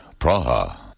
Praha